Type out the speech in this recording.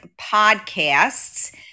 podcasts